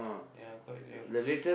ya quite relax